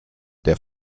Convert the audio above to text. der